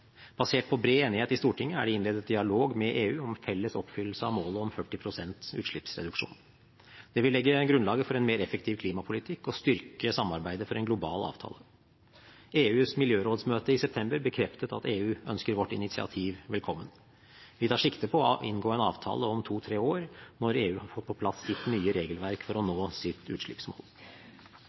Basert på bred enighet i Stortinget er det innledet dialog med EU om felles oppfyllelse av målet om 40 pst. utslippsreduksjon. Det vil legge grunnlaget for en mer effektiv klimapolitikk og styrke samarbeidet for en global avtale. EUs miljørådsmøte i september bekreftet at EU ønsker vårt initiativ velkommen. Vi tar sikte på å inngå en avtale om to–tre år, når EU har fått på plass sitt nye regelverk for å nå sitt utslippsmål.